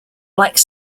like